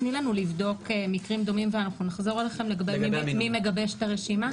תני לנו לבדוק מקרים דומים ואנחנו נחזור אליכם לגבי מי מגבש את הרשימה.